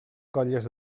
colles